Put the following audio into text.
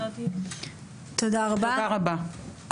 תודה רבה.